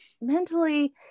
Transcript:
Mentally